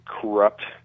corrupt